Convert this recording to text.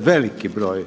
veliki broj